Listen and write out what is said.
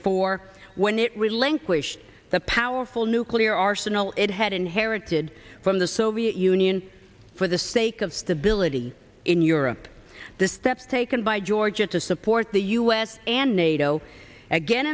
four when it relentless the powerful nuclear arsenal it had inherited from the soviet union for the sake of stability in europe the steps taken by georgia to support the u s and nato again